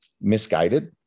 misguided